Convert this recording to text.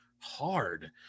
hard